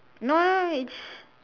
no no no it's